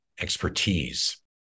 expertise